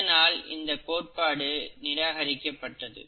இதனால் இந்த கோட்பாடு நிராகரிக்கப்பட்டது